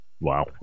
Wow